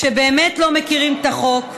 שבאמת לא מכירים את החוק,